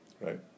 Right